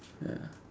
ya